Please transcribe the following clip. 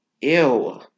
Ew